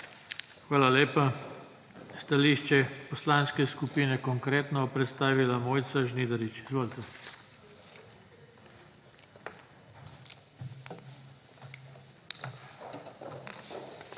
Hvala lepa. Stališče Poslanske skupine Konkretno bo predstavila Mojca Žnidarič. Izvolite. **MOJCA